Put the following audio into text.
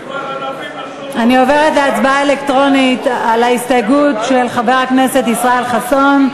אני עוברת להצבעה אלקטרונית על ההסתייגות של חבר הכנסת ישראל חסון.